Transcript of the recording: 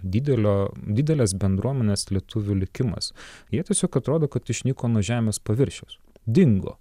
didelio didelės bendruomenės lietuvių likimas jie tiesiog atrodo kad išnyko nuo žemės paviršiaus dingo